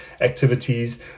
activities